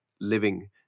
living